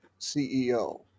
CEO